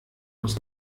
muss